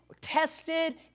tested